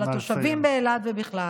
על התושבים באילת ובכלל.